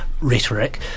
rhetoric